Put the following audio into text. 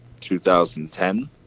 2010